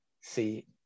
see